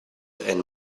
and